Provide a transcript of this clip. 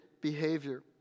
behavior